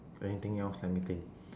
anything else let me think